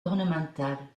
ornementale